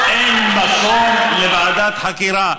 אין מקום לוועדת חקירה.